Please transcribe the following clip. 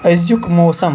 أزِیُک موسم